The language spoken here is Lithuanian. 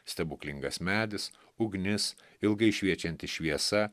stebuklingas medis ugnis ilgai šviečianti šviesa